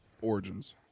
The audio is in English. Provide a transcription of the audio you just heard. Origins